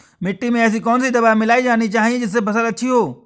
मिट्टी में ऐसी कौन सी दवा मिलाई जानी चाहिए जिससे फसल अच्छी हो?